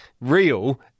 real